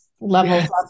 Levels